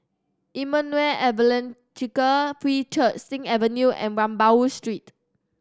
Emmanuel Evangelical Free Church Sing Avenue and Rambau Street